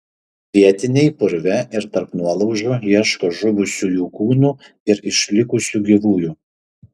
vietiniai purve ir tarp nuolaužų ieško žuvusiųjų kūnų ir išlikusių gyvųjų